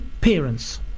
parents